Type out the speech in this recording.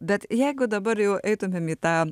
bet jeigu dabar jau eitumėm į tą